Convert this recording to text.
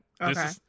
Okay